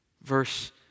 Verse